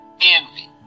Envy